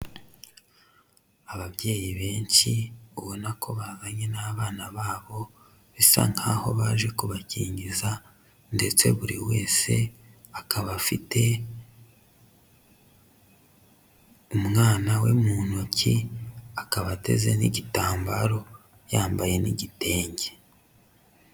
Ababyeyi benshi ubona ko bazanye n'abana babo bisa nkaho baje kubakingiza ndetse buri wese akaba afite umwana we mu ntoki, akaba ateze n'igitambaro, yambaye n'igitenge.